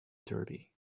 derby